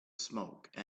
smoke